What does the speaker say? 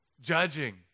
Judging